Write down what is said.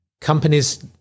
Companies